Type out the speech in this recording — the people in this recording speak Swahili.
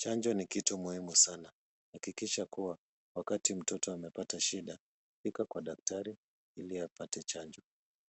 Chanjo ni kitu muhimu sana. Hakikisha kuwa wakati mtoto amepata shida fika kwa daktari ili apate chanjo.